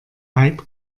hype